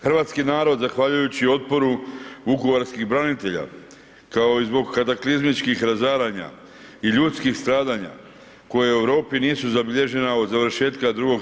Hrvatski narod zahvaljujući otporu vukovarskih branitelja kao i zbog kataklizmičkih razaranja i ljudskih stradanja koje u Europi nisu zabilježena od završetka II.